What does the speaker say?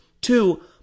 Two